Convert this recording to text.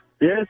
Yes